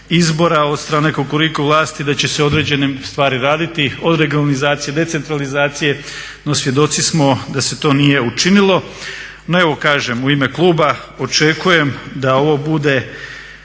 izbora od strane Kukuriku vlasti da se određene stvari raditi, od regionalizacije, decentralizacije, no svjedoci smo da se to nije učinilo. No evo kažem u ime kluba očekujem da ovo bude